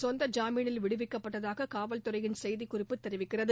சொந்த ஜாமீனில் விடுவிக்கப்பட்டதாக காவல்துறையின் செய்திக் குறிப்பு தெரிவிக்கிறது